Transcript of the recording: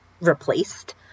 replaced